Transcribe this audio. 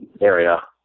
area